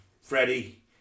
Freddie